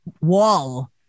wall